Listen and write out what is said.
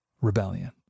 Rebellion